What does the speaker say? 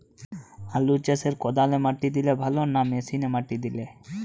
আলু চাষে কদালে মাটি দিলে ভালো না মেশিনে মাটি দিলে?